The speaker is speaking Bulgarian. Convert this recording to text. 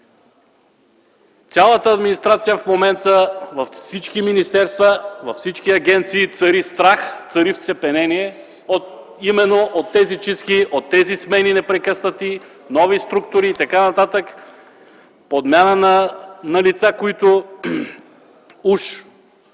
цялата администрация в момента, във всички министерства, във всички агенции цари страх, цари вцепенение именно от тези чистки, от тези непрекъснати смени, нови структури и така нататък, подмяна на лица, които уж